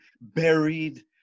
buried